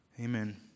Amen